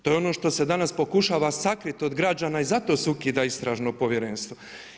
To je ono što se danas pokušava sakriti od građana i zato se ukida istražno povjerenstvo.